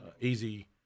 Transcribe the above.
easy